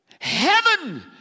Heaven